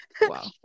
Wow